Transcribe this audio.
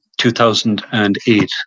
2008